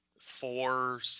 four